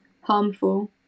harmful